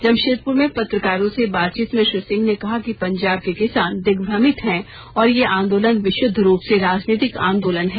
जमशेदपुर में पत्रकारों से बातचीत में श्री सिंह ने कहा कि पंजाब के किसान दिग्म्रमित है और यह आंदोलन विशुद्ध रूप से राजनीतिक आंदोलन है